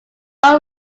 own